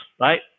right